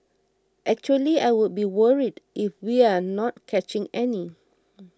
actually I would be worried if we're not catching any